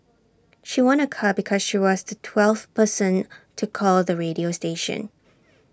she won A car because she was the twelfth person to call the radio station